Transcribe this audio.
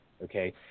Okay